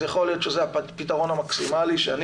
אז יכול להיות שזה הפתרון המקסימלי שאני